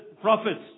prophets